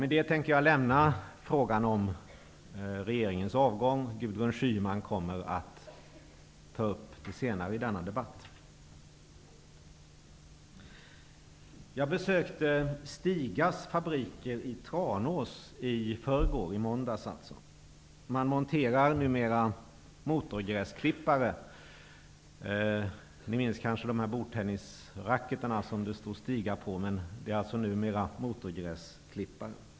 Med de orden lämnar jag frågan om regeringens avgång. Gudrun Schyman kommer att ta upp ämnet senare i denna debatt. Jag besökte Stigas fabriker i Tranås i förrgår -- alltså i måndags. Där monterar man numera motorgräsklippare. Ni minns kanske de bordtennisracketar som det stod Stiga på. Numera gör man alltså motorgräsklippare.